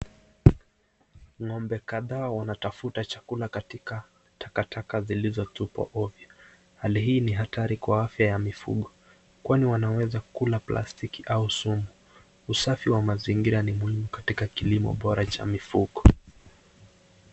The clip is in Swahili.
Ngombe kadhaa wanatafuta chakula katika takataka zilizotupwa ovyo. Hali hii ni hatari kwa afya ya mifugo, kwani wanaweza kula plastiki au sumu. Usafi wa mazingira ni muhimu katika kilimo bora cha mifugo.